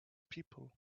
people